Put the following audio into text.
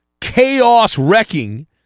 chaos-wrecking